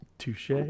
Touche